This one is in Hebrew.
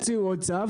הוציאו עוד צו,